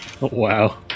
wow